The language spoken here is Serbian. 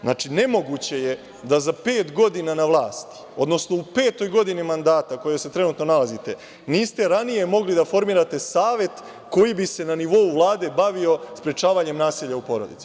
Znači, nemoguće je da za pet godina na vlasti, odnosno u petoj godini mandata, u kojoj se trenutno nalazite, niste ranije mogli da formirate savet koji bi se na nivou Vlade bavio sprečavanjem nasilja u porodici.